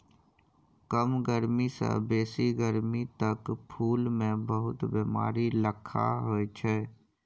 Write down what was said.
कम गरमी सँ बेसी गरमी तक फुल मे बहुत बेमारी लखा होइ छै